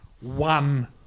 one